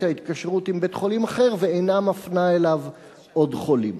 ההתקשרות עם בית-חולים אחר ואינה מפנה אליו עוד חולים.